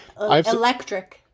electric